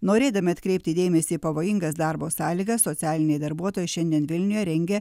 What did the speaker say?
norėdami atkreipti dėmesį į pavojingas darbo sąlygas socialiniai darbuotojai šiandien vilniuje rengia